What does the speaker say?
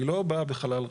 היא לא באה בחלל ריק.